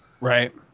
Right